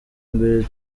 mbere